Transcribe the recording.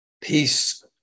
peace